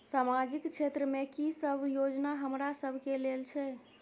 सामाजिक क्षेत्र में की सब योजना हमरा सब के लेल छै?